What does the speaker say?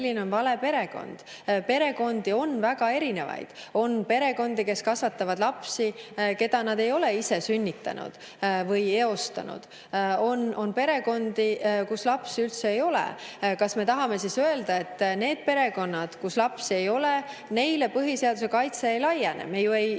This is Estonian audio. Perekondi on väga erinevaid. On perekondi, kes kasvatavad lapsi, keda nad ei ole ise sünnitanud või eostanud. On perekondi, kus lapsi üldse ei ole. Kas me tahame siis öelda, et nendele perekondadele, kus lapsi ei ole, põhiseaduse kaitse ei laiene? Me ju nii